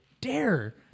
dare